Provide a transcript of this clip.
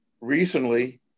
recently